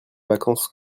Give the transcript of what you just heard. vacances